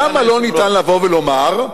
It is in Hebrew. למה לא ניתן לבוא ולומר,